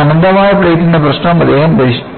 അനന്തമായ പ്ലേറ്റിന്റെ പ്രശ്നം അദ്ദേഹം പരിഹരിച്ചു